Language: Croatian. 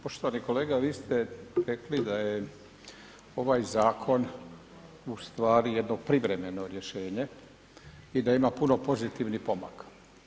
Poštovani kolega, vi ste rekli da je ovaj zakon ustvari jedno privremeno rješenje i da ima puno pozitivnih pomaka.